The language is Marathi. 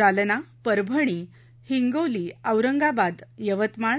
जालना परभणी हिंगोली औरंगाबाद यवतमाळ